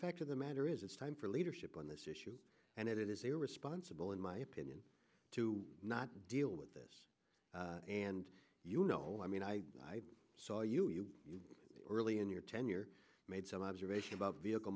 fact of the matter is it's time for leadership on this issue and it is irresponsible in my opinion to not deal with this and you know i mean i saw you you early in your tenure made some observation about vehicle